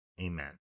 amen